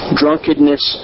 drunkenness